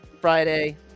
Friday